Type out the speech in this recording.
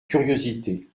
curiosité